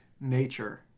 nature